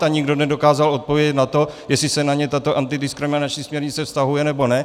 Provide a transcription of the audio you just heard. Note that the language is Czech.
A nikdo nedokázal odpovědět na to, jestli se na ně tato antidiskriminační směrnice vztahuje, nebo ne.